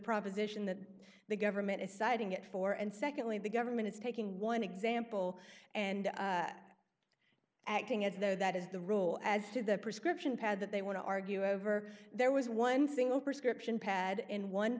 proposition that the government is citing it for and secondly the government is taking one example and acting as though that is the rule as to the prescription pad that they want to argue over there was one single prescription pad in one